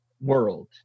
world